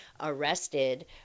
arrested